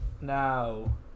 Now